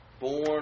Born